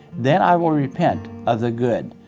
then i will repent of the good,